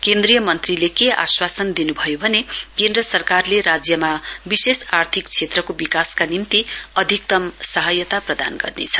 केन्द्रीय मन्त्रीले के आश्वासन दिन् भयो भने केन्द्र सरकारले राज्यमा विशेष आर्थिक क्षेत्रको विकासका निम्ति अधिकतम् सहायता प्रदान गर्नेछ